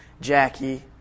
Jackie